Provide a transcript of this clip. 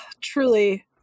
truly